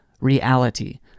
reality